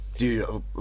Dude